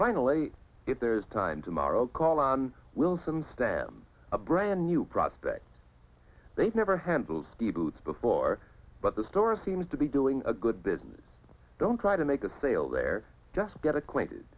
finally if there's time tomorrow call on wilson's than a brand new prospect they've never handled the boots before but the store seems to be doing a good business don't try to make a sale there just get acquainted